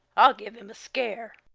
i'll give him a scare.